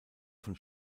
von